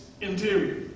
interior